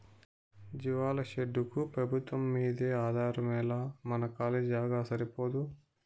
జీవాల షెడ్డుకు పెబుత్వంమ్మీదే ఆధారమేలా మన కాలీ జాగా సరిపోదూ